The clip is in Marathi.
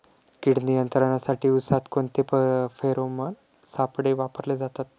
कीड नियंत्रणासाठी उसात कोणते फेरोमोन सापळे वापरले जातात?